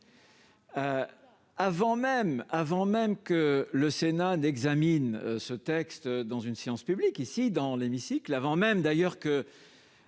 Avant même que le Sénat n'examine ce texte en séance publique, ici dans l'hémicycle, avant même, d'ailleurs, que